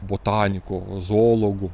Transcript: botaniku zoologu